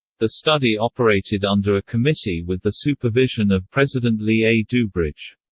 the study operated under a committee with the supervision of president lee a. dubridge.